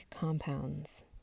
compounds